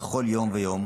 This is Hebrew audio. בכל יום ויום